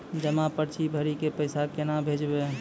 जमा पर्ची भरी के पैसा केना भेजबे?